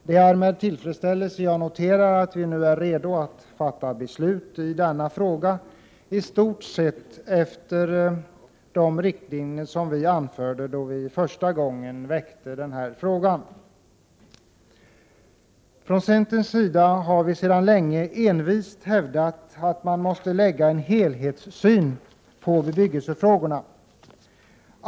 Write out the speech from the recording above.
Det är med tillfredsställelse jag noterar att vi nu är redo att fatta beslut i denna fråga i stort sett efter de riktlinjer som vi förordade då vi första gången väckte frågan. Från centerns sida har vi sedan länge envist hävdat att man måste anlägga en helhetssyn på bebyggelsefrågorna.